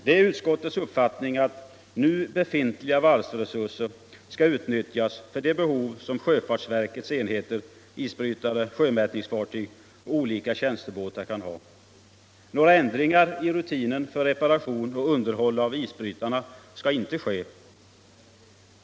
Det är utskottets uppfattning att nu befintliga varvsresurser skall utnyttjas för de behov som sjöfartsverkets enheter — isbrytare, sjömätningsfartyg och olika tjänstebåtar — kan ha. Några ändringar i rutinen för reparation och underhåll av isbrytarna skall inte ske.